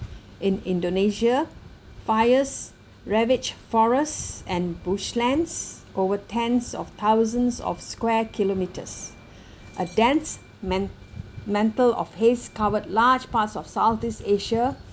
in indonesia fires ravaged forests and bushlands over tens of thousands of square kilometres a dense men mental of haze covered large parts of southeast asia